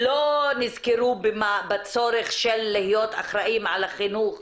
לא נזכרו בצורך של להיות אחראים על החינוך